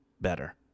better